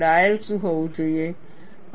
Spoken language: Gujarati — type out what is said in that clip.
ડાયલ શું હોવું જોઈએ